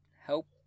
help